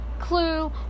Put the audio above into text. clue